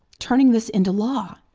turning this into law.